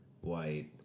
white